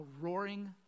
roaring